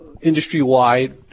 industry-wide